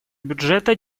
бюджета